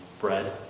bread